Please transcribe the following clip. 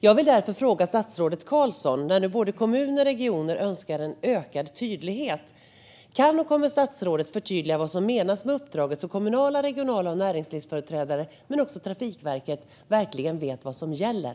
Jag vill därför fråga statsrådet Carlson, när nu både kommuner och regioner efterfrågar en ökad tydlighet: Kan och kommer statsrådet att förtydliga vad som menas med uppdraget så att lokala och regionala företrädare och näringslivsföreträdare men också Trafikverket verkligen vet vad som gäller?